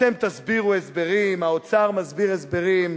אתם תסבירו הסברים, האוצר מסביר הסברים,